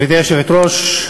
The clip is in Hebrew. גברתי היושבת-ראש,